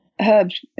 herbs